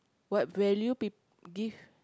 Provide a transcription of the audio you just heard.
what value people give